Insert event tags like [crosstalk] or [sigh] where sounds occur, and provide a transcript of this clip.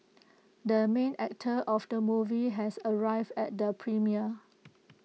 [noise] the main actor of the movie has arrived at the premiere